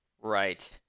Right